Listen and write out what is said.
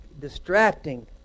distracting